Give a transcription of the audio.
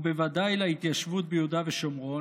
ובוודאי להתיישבות ביהודה ושומרון,